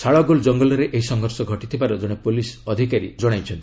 ଶାଳଗୁଲ୍ ଜଙ୍ଗଲରେ ଏହି ସଂଘର୍ଷ ଘଟିଥିବାର ଜଣେ ପୋଲିସ ଅଫିସର କହିଛନ୍ତି